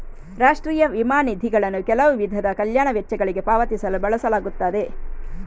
ರಾಷ್ಟ್ರೀಯ ವಿಮಾ ನಿಧಿಗಳನ್ನು ಕೆಲವು ವಿಧದ ಕಲ್ಯಾಣ ವೆಚ್ಚಗಳಿಗೆ ಪಾವತಿಸಲು ಬಳಸಲಾಗುತ್ತದೆ